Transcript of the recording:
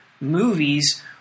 movies